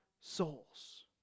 souls